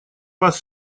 вас